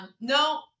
no